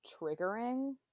triggering